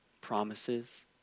promises